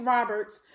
Roberts